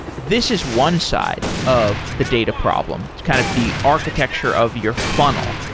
this is one side of the data problem. it's kind of the architecture of your funnel.